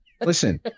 listen